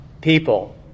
people